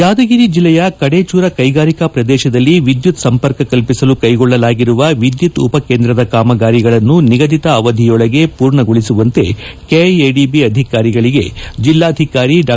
ಯಾದಗಿರಿ ಜಿಲ್ಲೆಯ ಕಡೇಚೂರ ಕೈಗಾರಿಕಾ ಪ್ರದೇಶದಲ್ಲಿ ವಿದ್ದುತ್ ಸಂಪರ್ಕ ಕಲ್ಪಿಸಲು ಕೈಗೊಳ್ಳಲಾಗಿರುವ ವಿದ್ದುತ್ ಉಪ ಕೇಂದ್ರದ ಕಾಮಗಾರಿಗಳನ್ನು ನಿಗಧಿತ ಅವಧಿಯೊಳಗೆ ಪೂರ್ಣಗೊಳಿಸುವಂತೆ ಕೆಐಎಡಿಬಿ ಅಧಿಕಾರಿಗಳಿಗೆ ಜಿಲ್ಲಾಧಿಕಾರಿ ಡಾ